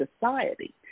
Society